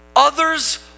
Others